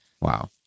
Wow